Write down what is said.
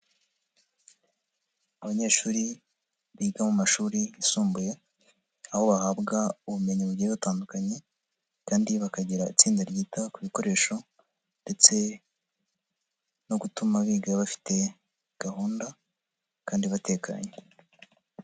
Abanyeshuri biga mu mashuri yisumbuye, aho bahabwa ubumenyi bugiye batandukanye kandi bakagira itsinda ryita ku bikoresho ndetse no gutuma biga bafite gahunda kandi batekanye.